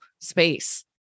space